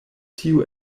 tio